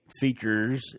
features